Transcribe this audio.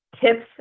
tips